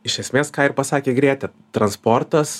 iš esmės ką ir pasakė grėtė transportas